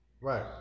Right